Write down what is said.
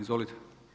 Izvolite.